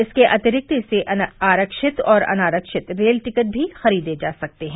इसके अतिरिक्त इससे आरक्षित और अनारक्षित रेल टिकट भी खरीदे जा सकते हैं